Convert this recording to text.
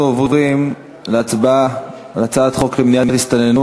אנחנו עוברים להצבעה על הצעת חוק למניעת הסתננות